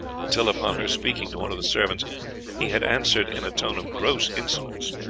until upon her speaking to one of the servants he had answered in a tone of gross insolence,